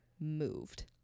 moved